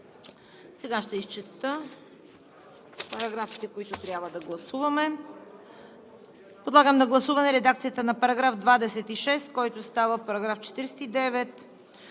Сега ще изчета параграфите, които трябва да гласуваме. Подлагам на гласуване: редакцията на § 26, който става § 49;